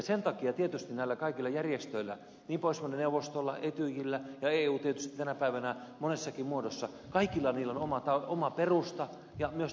sen takia tietysti näillä kaikilla järjestöillä pohjoismaiden neuvostolla etyjillä ja eulla tietysti tänä päivänä monessakin muodossa kaikilla niillä on oma perusta ja myös tarve tänä päivänä